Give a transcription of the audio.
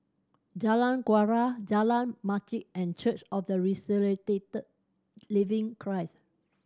Jalan Kuala Jalan Masjid and Church of the Resurrected Living Christ